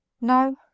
No